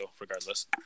regardless